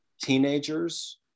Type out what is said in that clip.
teenagers